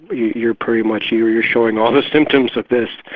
you're pretty much, you're you're showing all the symptoms of this',